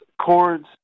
chords